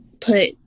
put